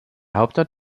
hauptort